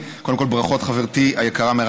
של חבר הכנסת רועי פולקמן וקבוצת חברי הכנסת.